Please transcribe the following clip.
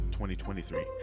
2023